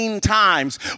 Times